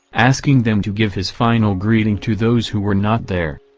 asking them to give his final greeting to those who were not there.